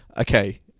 Okay